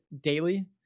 daily